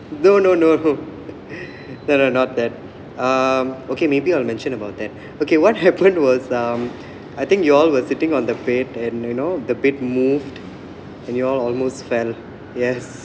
no no no no no not that um okay maybe I'll mention about that okay what happened was um I think you all were sitting on the bed and you know the bed moved and you all almost fell yes